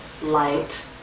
light